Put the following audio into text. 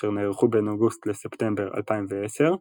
אשר נערכו בין אוגוסט לספטמבר 2010,